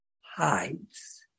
hides